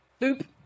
Boop